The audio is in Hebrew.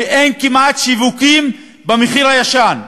ואין כמעט שיווקים במחיר הישן.